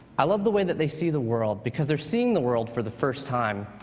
i love the way that they see the world, because they're seeing the world for the first time.